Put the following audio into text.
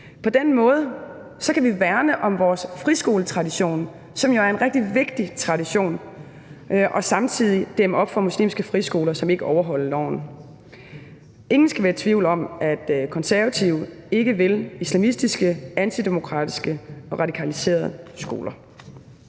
På den måde kan vi værne om vores friskoletradition, som jo er en rigtig vigtig tradition, og samtidig dæmme op for muslimske friskoler, som ikke overholder loven. Ingen skal være i tvivl om, at Konservative ikke vil islamistiske, antidemokratiske og radikaliserede skoler.